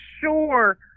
sure